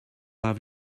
have